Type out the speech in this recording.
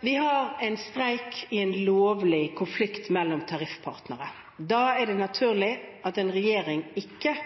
Vi har en streik i en lovlig konflikt mellom tariffpartnere. Da er det naturlig at en regjering ikke